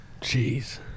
jeez